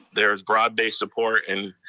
there's broad-based support. and